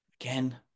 again